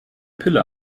pille